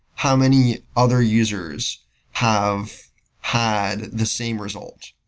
how many other users have had the same result.